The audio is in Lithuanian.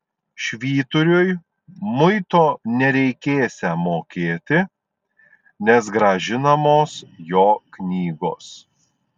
švyturiui muito nereikėsią mokėti nes grąžinamos jo knygos